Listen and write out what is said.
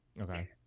Okay